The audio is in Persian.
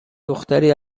دختری